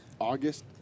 August